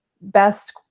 best